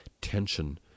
tension